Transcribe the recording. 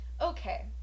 okay